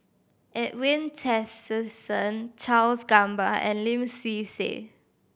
Edwin Tessensohn Charles Gamba and Lim Swee Say